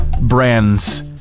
brands